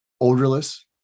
odorless